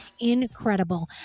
incredible